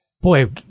boy